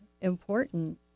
important